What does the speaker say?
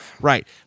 right